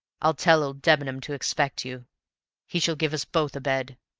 i'll tell old debenham to expect you he shall give us both a bed.